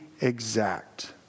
exact